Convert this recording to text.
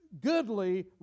goodly